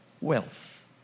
wealth